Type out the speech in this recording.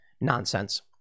nonsense